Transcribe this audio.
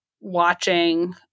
watching